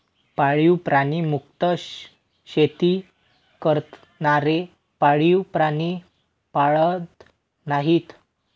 पाळीव प्राणी मुक्त शेती करणारे पाळीव प्राणी पाळत नाहीत